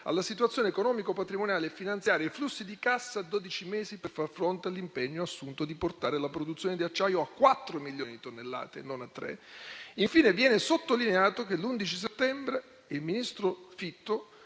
alla situazione economico-patrimoniale e finanziaria e ai flussi di cassa a dodici mesi, per far fronte all'impegno assunto di portare la produzione di acciaio a 4 milioni di tonnellate (non a 3). Infine, viene sottolineato che l'11 settembre il ministro Fitto